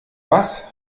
was